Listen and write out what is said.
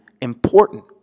important